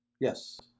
Yes